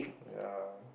ya